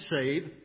save